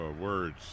words